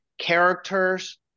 Characters